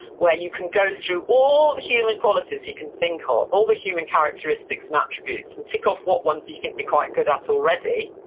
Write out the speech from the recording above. where you can go through all the human qualities you can think ah of, all the human characteristics and attributes, and tick off what ones you think you're quite good at already.